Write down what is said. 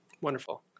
Wonderful